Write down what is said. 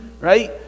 right